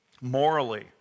Morally